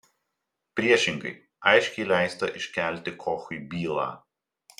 priešingai aiškiai leista iškelti kochui bylą